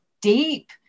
deep